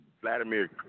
Vladimir